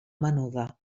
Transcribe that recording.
menuda